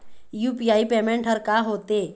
UPI payment हर का होते?